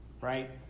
right